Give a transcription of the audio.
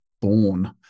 born